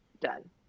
done